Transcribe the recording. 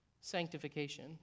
sanctification